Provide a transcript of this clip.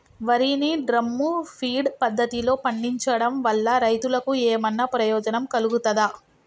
వరి ని drum feed పద్ధతిలో పండించడం వల్ల రైతులకు ఏమన్నా ప్రయోజనం కలుగుతదా?